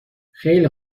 خیلی